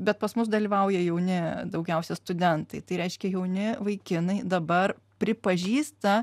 bet pas mus dalyvauja jauni daugiausia studentai tai reiškia jauni vaikinai dabar pripažįsta